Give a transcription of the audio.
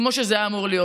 כמו שזה היה אמור להיות.